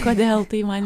kodėl tai man